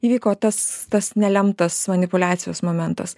įvyko tas tas nelemtas manipuliacijos momentas